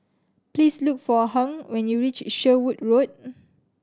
please look for Hung when you reach Sherwood Road